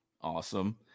Awesome